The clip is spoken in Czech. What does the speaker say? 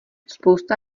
spousta